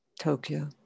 Tokyo